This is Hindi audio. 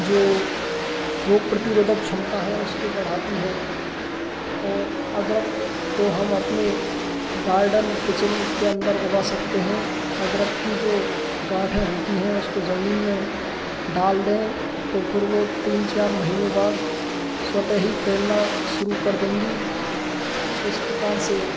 जो रोग प्रतिरोधक क्षमता है उसको बढ़ाती है और अदरक को हम अपने गार्डन किचन के अंदर उगा सकते हैं अदरक की जो गाँठें होती हैं उसको ज़मीन में डाल दें तो फिर वो तीन चार महीने बाद स्वतः ही फैलना शुरू कर देंगी इस प्रकार से